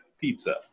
pizza